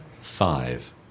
Five